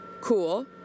cool